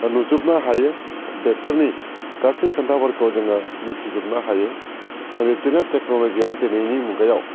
नुजोबनो हायो बेफोरनि गासै खोथाफोरखौ जोङो मिथिजोबनो हायो दा बिबदिनो टेक्नलजिया दिनैनि मुगायाव